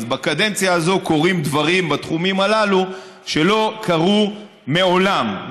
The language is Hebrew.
אז בקדנציה הזאת קורים דברים בתחומים הללו שלא קרו מעולם,